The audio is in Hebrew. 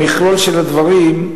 במכלול של הדברים,